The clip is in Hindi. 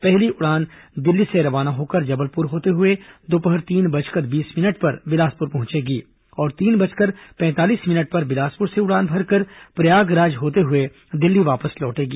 पहली उड़ान दिल्ली से रवाना होकर जबलपुर होते हुए दोपहर तीन बजकर बीस मिनट पर बिलासपुर पहुंचेगी और तीन बजकर पैंतालीस मिनट पर बिलासपुर से उड़ान भरकर प्रयागराज होते हुए दिल्ली वापस लौटेगी